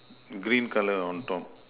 green colour on top